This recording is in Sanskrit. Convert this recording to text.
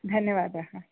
धन्यवादः